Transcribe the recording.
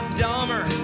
dumber